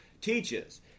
teaches